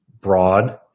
broad